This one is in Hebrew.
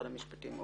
המשפטים.